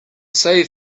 save